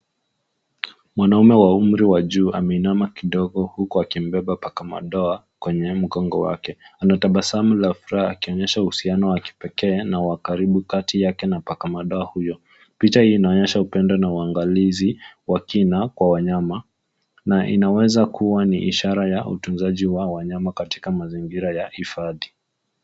Mwanaume wa umri wa juu kidogo ameinama kidogo huku amembeba paka madoa mgongoni. Anatabasamu la furaha akionyesha uhusiano wa kipekee na ukaribu kati yake na paka madoa. Picha hii inaonyesha upendo na uangalizi wa kina kwa wanyamana inaweza kuwa ni ishara ya utunzaji wa wanyama katika mazingira ya hifadhi.